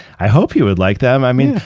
i hope he would like them. i mean,